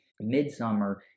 midsummer